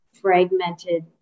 fragmented